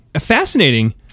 Fascinating